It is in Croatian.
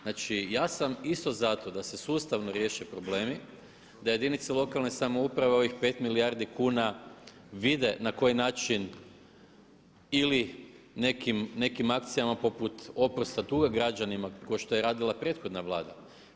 Znači ja sam isto za to da se sustavno riješe problemi, da jedinice lokalne samouprave ovih 5 milijardi kuna vide na koji način ili nekim akcijama poput oprosta duga građanima kao što je radila prethodna Vlada.